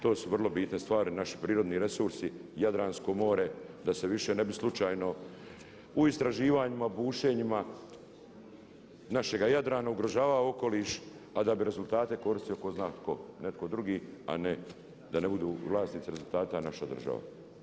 To su vrlo bitne stvari, naši prirodni resursi Jadransko more, da se više ne bi slučajno u istraživanjima, bušenjima našega Jadrana ugrožavao okoliš, a da bi rezultate koristio tko zna tko, netko drugi a ne da ne budu vlasnici rezultata naša država.